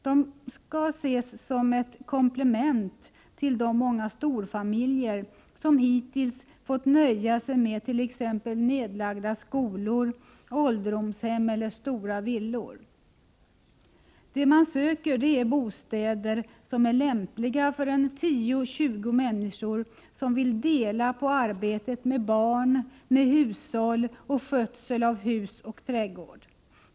De skall ses som ett komplement till de många storfamiljer som hittills fått nöja sig med t.ex. nedlagda skolor och ålderdomshem eller stora villor. Det man söker är bostäder lämpliga för 10-20 människor som vill dela på arbetet med barn, hushåll och skötsel av hus och trädgård.